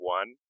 one